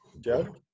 Joe